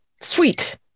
Sweet